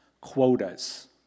quotas